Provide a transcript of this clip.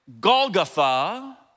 Golgotha